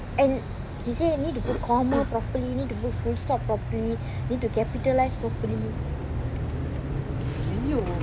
and he say need to put comma properly need to put full stop properly need to capitalise properly